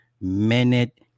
minute